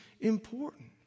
important